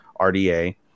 RDA